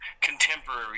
contemporary